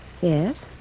Yes